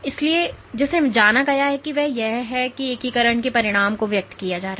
इसलिए जिसे जाना गया है वह यह है कि एकीकरण के परिणाम को व्यक्त किया जा रहा है